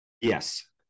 Yes